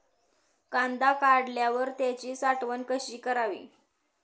कांदा काढल्यावर त्याची साठवण कशी करावी?